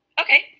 Okay